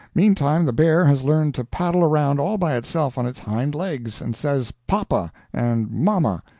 meantime the bear has learned to paddle around all by itself on its hind legs, and says poppa and momma.